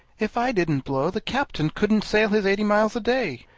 if i didn't blow, the captain couldn't sail his eighty miles a day.